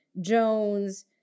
Jones